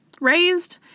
raised